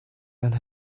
and